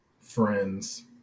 Friends